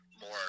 more